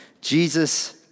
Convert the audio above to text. Jesus